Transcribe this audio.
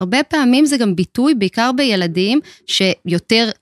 הרבה פעמים זה גם ביטוי, בעיקר בילדים, שיותר...